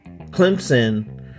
Clemson